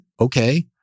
Okay